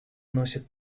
носит